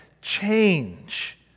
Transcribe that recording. change